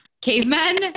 cavemen